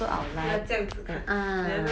要这样子看 ah